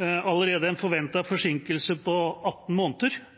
det allerede en